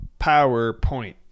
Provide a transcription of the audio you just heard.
PowerPoint